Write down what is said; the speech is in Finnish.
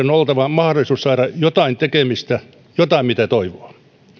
on oltava mahdollisuus saada jotain tekemistä ja jotain mitä toivoa